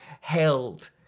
held